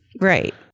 right